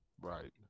Right